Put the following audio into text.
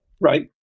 Right